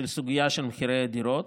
הסוגיה של מחירי הדירות.